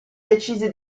decise